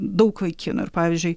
daug vaikinų ir pavyzdžiui